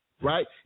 Right